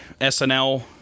SNL